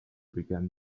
began